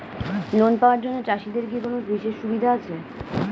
Loan পাওয়ার জন্য চাষিদের কি কোনো বিশেষ সুবিধা আছে?